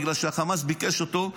בגלל שהחמאס ביקש אותו,